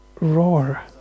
roar